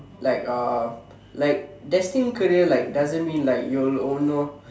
like uh like destined career like doesn't mean like you all know